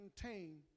contained